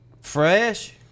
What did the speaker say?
fresh